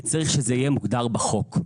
וצריך שזה יהיה מוגדר בחוק.